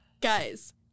guys